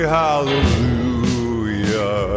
hallelujah